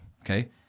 Okay